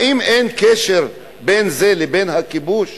האם אין קשר בין זה לבין הכיבוש?